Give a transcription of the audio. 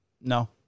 No